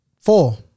four